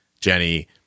Jenny